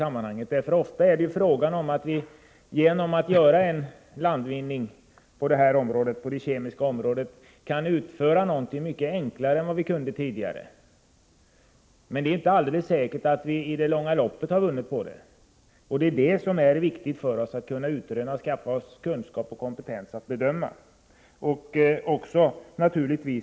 Ofta handlar det om att vi genom en landvinning på det kemiska området kan utföra något mycket enklare än förut. Men det är inte alldeles säkert att vi i det långa loppet har vunnit på det —- och det är detta som vi måste utröna och skaffa oss kunskaper och kompetens för att kunna bedöma.